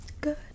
Good